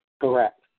correct